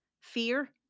Fear